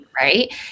right